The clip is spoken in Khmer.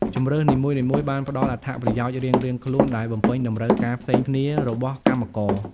ជម្រើសនីមួយៗបានផ្តល់អត្ថប្រយោជន៍រៀងៗខ្លួនដែលបំពេញតម្រូវការផ្សេងគ្នារបស់កម្មករ។